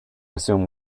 assume